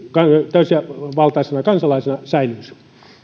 täysivaltaisena kansalaisena säilyisi